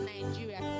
Nigeria